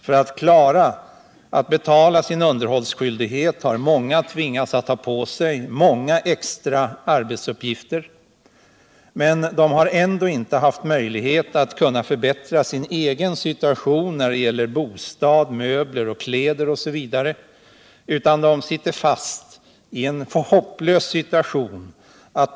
För att kunna fullgöra sin underhållsskyldighet har många tvingats att ta på sig flera extraarbeten, men de har ändå inte haft möjlighet att förbättra sin egen situation när det gäller bostad, möbler, kläder osv. De sitter fast i en hopplös situation.